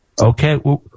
okay